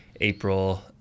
April